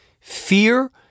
Fear